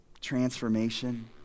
transformation